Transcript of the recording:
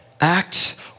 Act